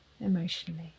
emotionally